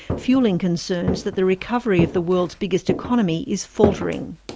fuelling concerns that the recovery of the world's biggest economy is faltering.